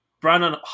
Brandon